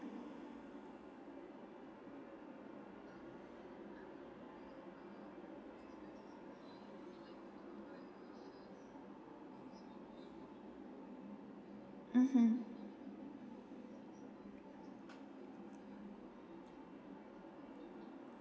mmhmm